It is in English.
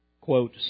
quote